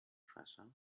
treasure